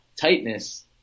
tightness